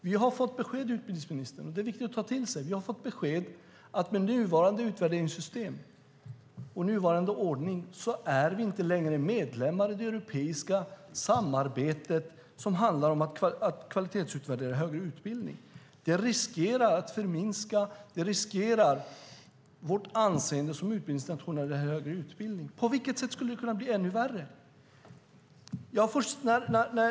Vi har fått besked, utbildningsministern - och det är viktigt att ta till sig - om att med nuvarande utvärderingssystem och ordning är vi inte längre medlemmar i det europeiska samarbetet som handlar om att kvalitetsutvärdera högre utbildning. Det riskerar att förminska vårt anseende som utbildningsnation när det gäller högre utbildning. På vilket sätt skulle det kunna bli ännu värre?